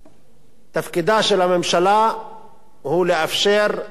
תפקידה של הממשלה הוא לאפשר להון לפעול,